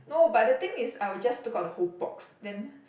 no but the thing is I would just took out the whole box then